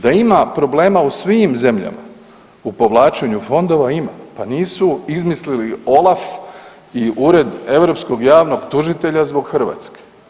Da ima problema u svim zemljama u povlačenju fondova ima, pa nisu izmislili OLAF i Ured europskog javnog tužitelja zbog Hrvatske.